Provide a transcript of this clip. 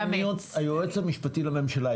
בהתאם למדיניות היועץ המשפטי לממשלה.